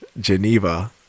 Geneva